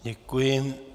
Děkuji.